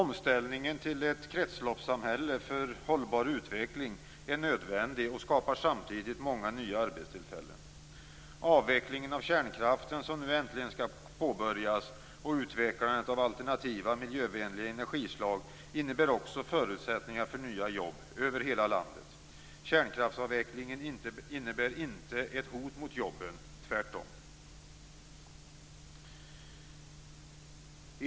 Omställningen till ett kretsloppssamhälle för hållbar utveckling är nödvändig och skapar samtidigt många nya arbetstillfällen. Avvecklingen av kärnkraften, som nu äntligen skall påbörjas, och utvecklandet av alternativa miljövänliga energislag innebär också förutsättningar för nya jobb över hela landet. Kärnkraftsavvecklingen innebär inte ett hot mot jobben - tvärtom!